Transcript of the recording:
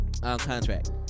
contract